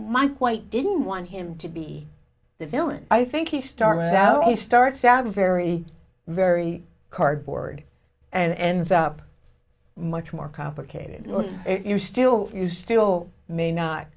mike white didn't want him to be the villain i think he started out he starts out very very cardboard and ends up much more complicated you still you still may not